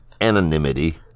anonymity